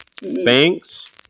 banks